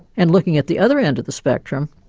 and looking at the other end of the spectrum,